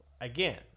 again